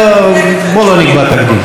בוא לא נקבע תקדים.